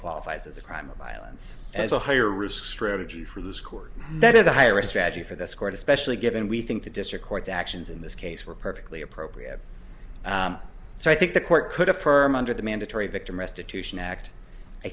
qualifies as a crime of violence as a higher risk strategy for this court that is a higher strategy for this court especially given we think the district court's actions in this case were perfectly appropriate so i think the court could affirm under the mandatory victim restitution act i